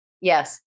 Yes